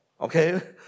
Okay